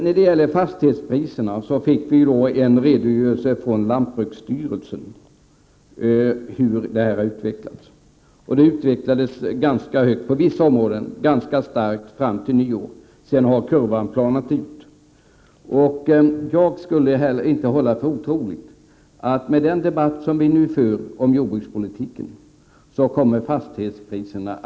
När det gäller fastighetspriserna fick vi en redogörelse från lantbruksstyrelsen om hur priserna hade utvecklats. I vissa områden var prisutvecklingen ganska stark fram till nyår, och sedan har kurvan planat ut. Jag skulle inte heller hålla för otroligt att fastighetspriserna med den debatt som nu förs om jordbrukspolitiken kommer att sjunka.